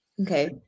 Okay